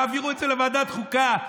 יעבירו את זה לוועדת החוקה,